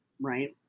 right